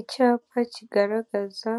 Icyapa kigaragaza